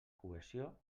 cohesió